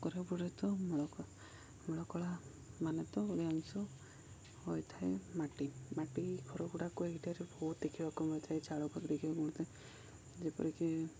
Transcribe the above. କାମ କରିବାକୁ ପଡ଼ିବ ତ ମଳକଳା ମଳକଳା ମାନେ ତ ଓଡ଼ିଅଂଶ ହୋଇଥାଏ ମାଟି ମାଟି ଘର ଗୁଡ଼ାକ ଏଇଟାରେ ବହୁତ ଦେଖିବାକୁ ମିଳିଥାଏ ଚାଳ ଘର ଦେଖିବାକୁ ମିଳିଥାଏ ଯେପରିକି